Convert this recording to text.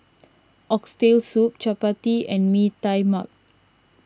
Oxtail Soup Chappati and Mee Tai Mak